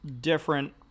different